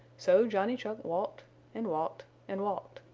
so johnny chuck walked and walked and walked.